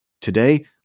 Today